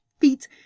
feet